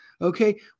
Okay